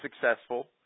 successful